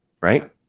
Right